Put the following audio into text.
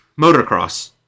Motocross